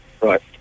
Right